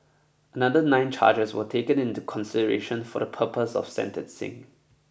another nine charges were taken into consideration for the purpose of sentencing